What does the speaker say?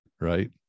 right